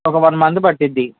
ఒక one month పడుతుంది